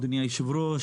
אדוני היושב-ראש,